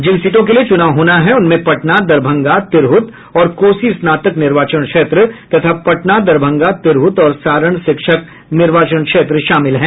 जिन सीटों के लिए चुनाव होना है उनमें पटना दरभंगा तिरहुत और कोसी स्नातक निर्वाचन क्षेत्र तथा पटना दरभंगा तिरहुत और सारण शिक्षक निर्वाचन क्षेत्र शामिल हैं